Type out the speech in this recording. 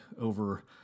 over